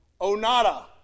Onada